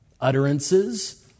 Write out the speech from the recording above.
utterances